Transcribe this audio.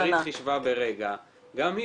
על בסיס מספר ששרית חישבה ברגע גם היא